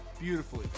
beautifully